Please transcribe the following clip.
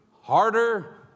harder